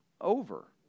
over